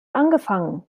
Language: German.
angefangen